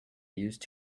used